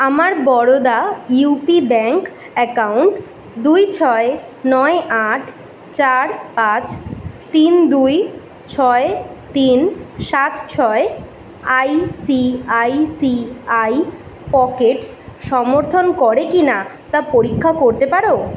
আমার Baroda UP bank account দুই ছয় নয় আট চার পাঁচ তিন দুই ছয় তিন সাত ছয় আইসিআইসিআই পকেটস সমর্থন করে কিনা তা পরীক্ষা করতে পারো